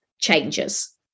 changes